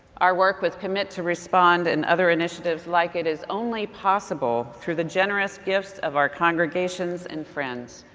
our work with commit to respond and other initiatives like it is only possible through the generous gifts of our congregations and friends.